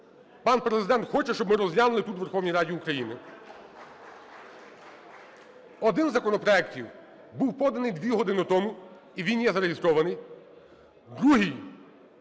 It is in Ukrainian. пан Президент хоче, щоб ми розглянули тут у Верховній Раді України. Один із законопроектів був поданий дві години тому, і він є зареєстрований.